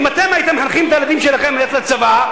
אם אתם הייתם מחנכים את הילדים ללכת לצבא,